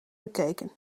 bekeken